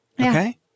Okay